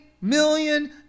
million